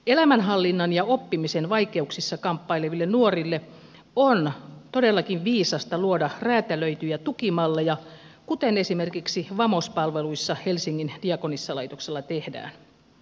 elämänhallinnan ja oppimisen vaikeuksissa kamppaileville nuorille on todellakin viisasta luoda räätälöityjä tukimalleja kuten esimerkiksi vamos palveluissa helsingin diakonissalaitoksella tehdään